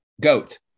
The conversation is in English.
Goat